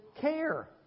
care